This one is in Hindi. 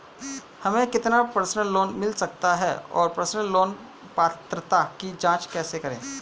हमें कितना पर्सनल लोन मिल सकता है और पर्सनल लोन पात्रता की जांच कैसे करें?